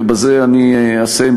ובזה אני אסיים,